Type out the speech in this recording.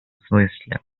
смысле